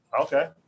Okay